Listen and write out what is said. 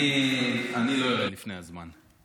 אני לא ארד לפני הזמן.